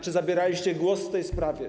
Czy zabieraliście głos w tej sprawie?